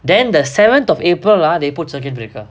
then the seventh of april ah they put circuit breaker